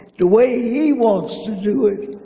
the way he wants to do it.